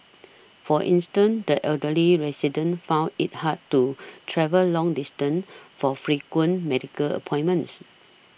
for instance the elderly residents found it hard to travel long distances for frequent medical appointments